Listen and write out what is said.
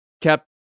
kept